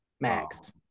Max